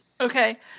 Okay